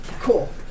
Cool